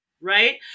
Right